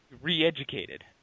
re-educated